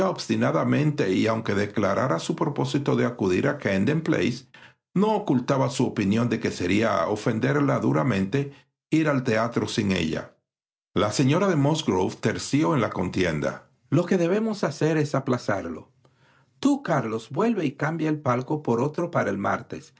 y aunque declaraba su propósito de acudir a camden place no ocultaba su opinión de que sería ofenderla duramente ir al teatro sin ella la señora de musgrove terció en la contienda lo que debemos hacer es aplazarlo tú carios vuelve y cambia el palco por otro para el martes